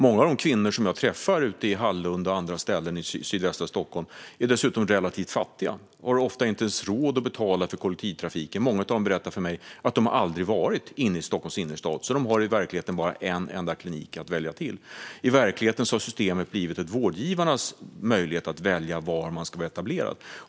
Många av de kvinnor jag träffar ute i Hallunda och andra ställen i sydvästra Stockholm är dessutom relativt fattiga och har ofta inte ens råd att betala för kollektivtrafiken. Många av dem berättar för mig att de aldrig har varit inne i Stockholms innerstad. De har alltså i verkligheten bara en enda klinik att vända sig till. I verkligheten har systemet blivit en möjlighet för vårdgivarna att välja var man ska vara etablerad.